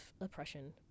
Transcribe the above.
oppression